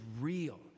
real